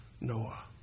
Noah